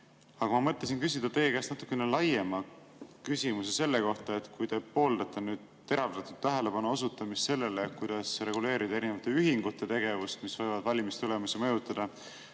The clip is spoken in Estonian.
Ma mõtlesin küsida teie käest natukene laiema küsimuse. Kui te pooldate teravdatud tähelepanu osutamist sellele, kuidas reguleerida erinevate ühingute tegevust, mis võivad valimistulemusi mõjutada,